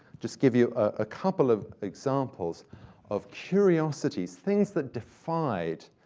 just give you a couple of examples of curiosities, things that defied